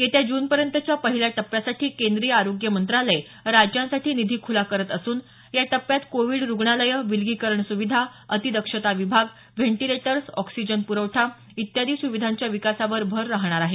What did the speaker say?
येत्या जूनपर्यंतच्या पहिल्या टप्प्यासाठी केंद्रीय आरोग्य मंत्रालय राज्यांसाठी निधी खुला करत असून या टप्प्यात कोविड रुग्णालयं विलगीकरण सुविधा अतिदक्षता विभाग व्हेंटिलेटर्स ऑक्सिजन पुरवठा इत्यादी सुविधांच्या विकासावर भर राहणार आहे